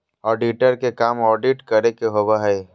auditor के काम audit करे के होबो हइ